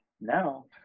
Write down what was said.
now